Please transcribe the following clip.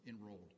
enrolled